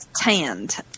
tanned